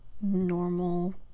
normal